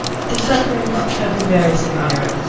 her sufferings have been very severe.